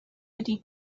ydy